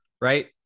right